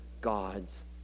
God's